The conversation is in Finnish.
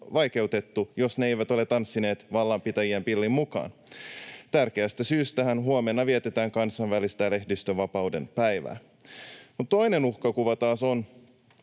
vaikeutettu, jos ne eivät ole tanssineet vallanpitäjien pillin mukaan. Tärkeästä syystähän huomenna vietetään kansainvälistä lehdistönvapauden päivää. Toinen uhkakuva taas on,